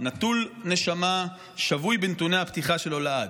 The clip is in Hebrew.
נטול נשמה ושבוי בנתוני הפתיחה שלו לעד.